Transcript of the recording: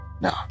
No